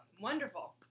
wonderful